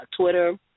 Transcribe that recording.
Twitter